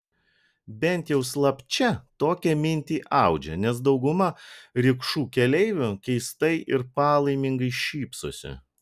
bent jau slapčia tokią mintį audžia nes dauguma rikšų keleivių keistai ir palaimingai šypsosi